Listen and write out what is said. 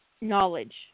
knowledge